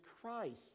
Christ